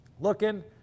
looking